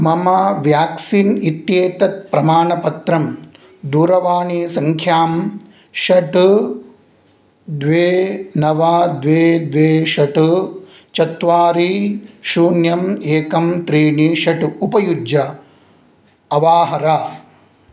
मम व्याक्सीन् इत्येतत् प्रमाणपत्रं दूरवाणीसङ्ख्यां षट् द्वे नव द्वे द्वे षट् चत्वारि शून्यम् एकं त्रीणि षट् उपयुज्य अवाहर